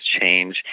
change